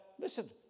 listen